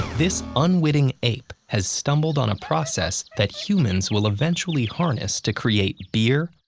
this unwitting ape has stumbled on a process that humans will eventually harness to create beer,